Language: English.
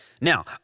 Now